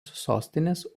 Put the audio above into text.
sostinės